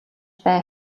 бай